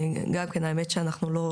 גם כן האמת שאנחנו לא,